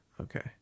Okay